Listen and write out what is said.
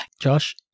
Josh